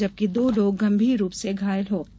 जबकि दो लोग गंभीर रूप से घायल हो गये